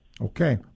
Okay